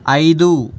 ఐదు